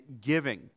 giving